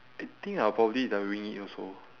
I think I'll probably the wing it also